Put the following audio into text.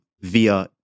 via